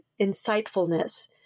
insightfulness